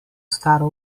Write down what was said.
staro